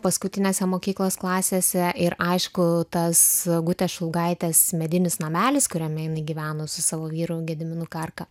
paskutinėse mokyklos klasėse ir aišku tas gutės šulgaitės medinis namelis kuriame ji gyveno su savo vyru gediminu karka